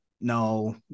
No